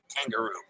Kangaroo